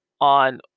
on